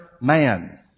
man